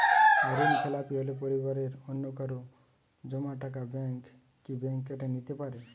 ঋণখেলাপি হলে পরিবারের অন্যকারো জমা টাকা ব্যাঙ্ক কি ব্যাঙ্ক কেটে নিতে পারে?